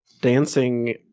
dancing